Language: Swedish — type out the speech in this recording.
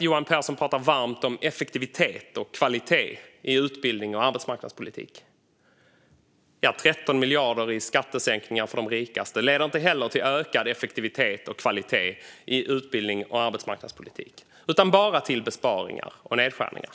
Johan Pehrson talar varmt om effektivitet och kvalitet i utbildning och arbetsmarknadspolitik. Men 13 miljarder i skattesänkningar för de rikaste leder inte heller till ökad effektivitet och kvalitet i utbildning och arbetsmarknadspolitik utan bara till besparingar och nedskärningar.